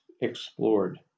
explored